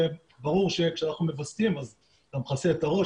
וברור לנו שכשאנחנו מווסתים אז אתה מכסה את הראש,